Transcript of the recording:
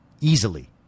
easily